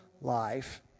life